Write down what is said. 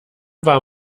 war